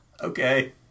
Okay